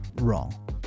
wrong